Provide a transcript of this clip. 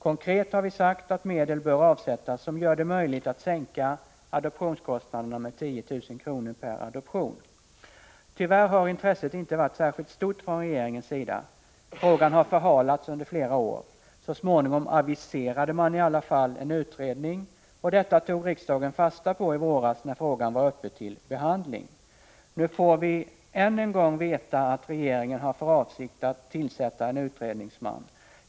Konkret har vi sagt att medel bör avsättas som gör det möjligt att sänka adoptionskostnaderna med 10 000 kr. per adoption. Tyvärr har intresset från regeringens sida inte varit särskilt stort. Frågan har förhalats under flera år. Så småningom aviserade man i alla fall en utredning, och detta tog riksdagen fasta på i våras när frågan var uppe till behandling. Nu får vi än en gång veta att regeringen har för avsikt att tillsätta en utredningsman.